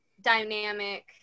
dynamic